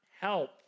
help